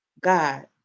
God